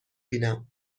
بینم